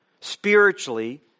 spiritually